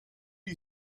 you